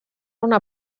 una